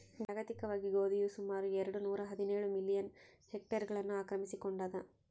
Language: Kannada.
ಜಾಗತಿಕವಾಗಿ ಗೋಧಿಯು ಸುಮಾರು ಎರೆಡು ನೂರಾಹದಿನೇಳು ಮಿಲಿಯನ್ ಹೆಕ್ಟೇರ್ಗಳನ್ನು ಆಕ್ರಮಿಸಿಕೊಂಡಾದ